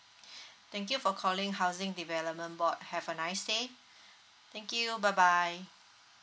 thank you for calling housing development board have a nice day thank you bye bye